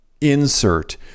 insert